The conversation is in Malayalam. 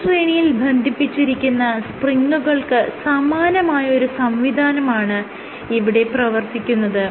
ഒരേ ശ്രേണിയിൽ ബന്ധിപ്പിച്ചിരിക്കുന്ന സ്പ്രിങുകൾക്ക് സമാനമായ ഒരു സംവിധാനമാണ് ഇവിടെ പ്രവർത്തിക്കുന്നത്